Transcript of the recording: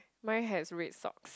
mine has red socks